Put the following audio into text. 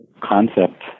concept